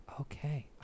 Okay